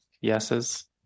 yeses